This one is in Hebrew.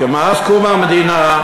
כי מאז קום המדינה,